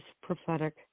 prophetic